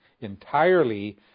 entirely